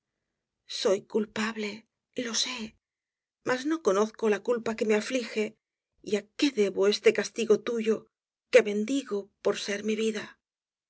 soy culpable lo sé más no conozco la culpa que me añige y á que debo este castigo tuyo que bendigo por ser mi vida